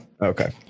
Okay